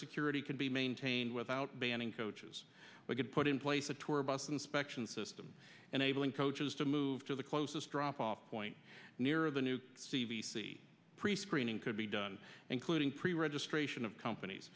security can be maintained without banning coaches we could put in place a tour bus inspection system unable in coaches to move to the closest drop off point near the new c v c prescreening could be done including pre registration of companies